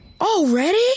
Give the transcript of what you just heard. Already